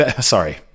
Sorry